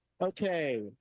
Okay